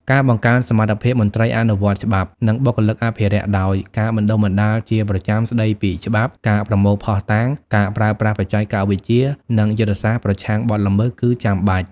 ការបង្កើនសមត្ថភាពមន្ត្រីអនុវត្តច្បាប់ និងបុគ្គលិកអភិរក្សដោយ ការបណ្តុះបណ្តាលជាប្រចាំស្តីពីច្បាប់ ការប្រមូលភស្តុតាង ការប្រើប្រាស់បច្ចេកវិទ្យា និងយុទ្ធសាស្ត្រប្រឆាំងបទល្មើស គឺចាំបាច់។